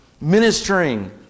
ministering